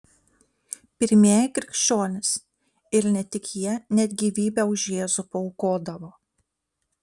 pirmieji krikščionys ir ne tik jie net gyvybę už jėzų paaukodavo